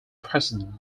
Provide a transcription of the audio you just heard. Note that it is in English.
president